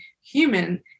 human